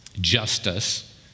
justice